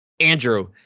Andrew